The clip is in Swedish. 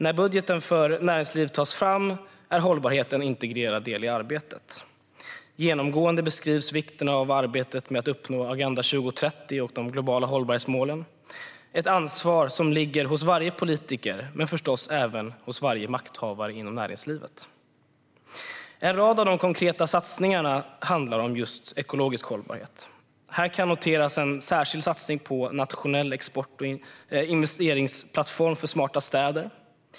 När budgeten för näringsliv tas fram är hållbarhet en integrerad del i arbetet. Genomgående beskrivs vikten av att arbeta med att uppnå Agenda 2030 och de globala hållbarhetsmålen. Det är ett ansvar som ligger hos varje politiker men förstås även varje makthavare inom näringslivet. En rad av de konkreta satsningarna handlar om just ekologisk hållbarhet. Här kan noteras en särskild satsning på nationell export och investeringsplattform för smarta städer.